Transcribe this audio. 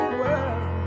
world